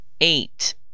eight